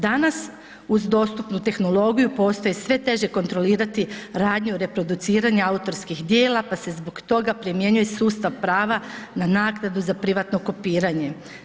Danas uz dostupnu tehnologiju postaje sve teže kontrolirati radnju reproduciranja autorskih djela pa se zbog toga primjenjuje sustav prava na naknadu za privatno kopiranje.